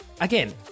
again